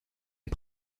est